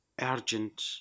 urgent